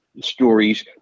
stories